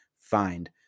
find